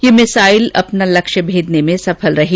ये मिसाइल अपना लक्ष्य भेदने में सफल रही